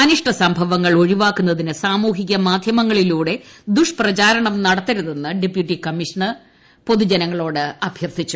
അനിഷ്ട സംഭവങ്ങൾ ഒഴിവാക്കുന്നതിന് സാമൂഹിക്ക മാധ്യങ്ങളിലൂടെ ദുഷ്പ്രചരണം നടത്തരുതെന്ന് ഡ്രിപ്യുട്ടി കമ്മീഷണർ കീർത്തി ജാലി പൊതുജനങ്ങളോട് അഭ്യർത്ഥിച്ചു